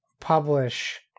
publish